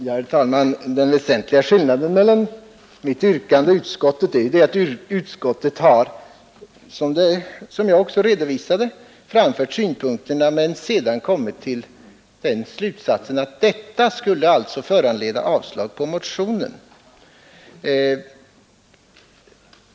Herr talman! Den väsentliga skillnaden mellan mitt yrkande och utskottets är att utskottet, som jag också redovisade, har framfört synpunkterna men sedan dragit slutsatsen att dessa skulle leda till avslag på motionen.